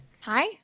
hi